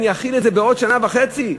אחיל את זה בעוד שנה וחצי?